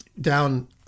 down